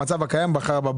המצב הקיים.